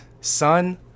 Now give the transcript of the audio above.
son